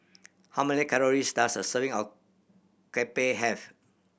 how many calories does a serving of have